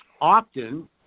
often